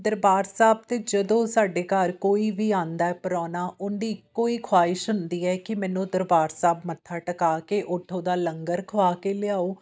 ਦਰਬਾਰ ਸਾਹਿਬ ਤਾਂ ਜਦੋਂ ਸਾਡੇ ਘਰ ਕੋਈ ਵੀ ਆਉਂਦਾ ਪ੍ਰਾਹੁਣਾ ਉਹਦੀ ਇੱਕੋ ਖੁਆਹਿਸ਼ ਹੁੰਦੀ ਹੈ ਕਿ ਮੈਨੂੰ ਦਰਬਾਰ ਸਾਹਿਬ ਮੱਥਾ ਟਿਕਾ ਕੇ ਉੱਥੋਂ ਦਾ ਲੰਗਰ ਖਵਾ ਕੇ ਲਿਆਓ